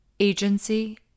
agency